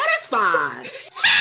satisfied